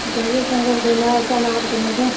ꯑꯗꯒꯤ ꯁꯪꯒꯣꯝ ꯁꯟꯅꯥ ꯀꯩꯅꯣꯗꯣ